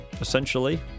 essentially